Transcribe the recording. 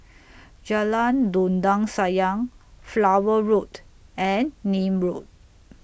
Jalan Dondang Sayang Flower Road and Nim Road